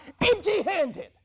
empty-handed